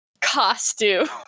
costume